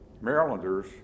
Marylanders